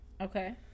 Okay